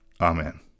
amen